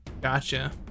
Gotcha